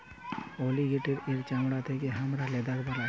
অলিগেটের এর চামড়া থেকে হামরা লেদার বানাই